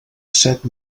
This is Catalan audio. set